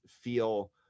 feel